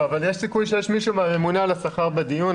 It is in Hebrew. יש סיכוי שיש מישהו מהממונה על השכר בדיון.